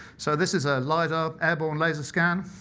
so this is a lidar airborne laser scan